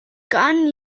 gotten